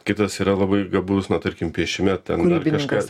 kitas yra labai gabus na tarkim piešime ten ar kažką kūrybininkas jisai